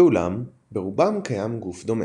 ואולם ברובם קיים גוף דומה.